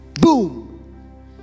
boom